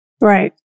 Right